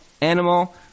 animal